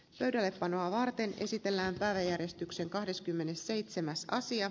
jörö panoa varten esitellään päiväjärjestyksen kahdeskymmenesseitsemäs sija